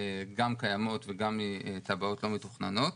גם קיימות וגם תב"עות מתוכננות.